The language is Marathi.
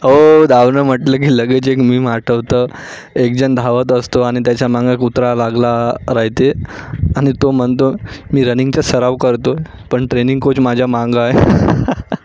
अहो धावणं म्हटलं की लगेच एक मीम आठवतं एकजण धावत असतो आणि त्याच्या मागं कुत्रा लागला राहातो आणि तो म्हणतो मी रनिंगचा सराव करतो पण ट्रेनिंग कोच माझ्या मागं आहे